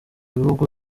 bihugu